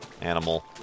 animal